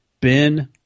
Ben